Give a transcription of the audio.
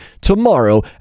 tomorrow